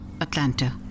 Atlanta